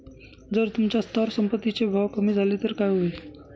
जर तुमच्या स्थावर संपत्ती चे भाव कमी झाले तर काय होईल?